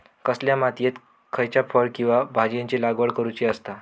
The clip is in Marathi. कसल्या मातीयेत खयच्या फळ किंवा भाजीयेंची लागवड करुची असता?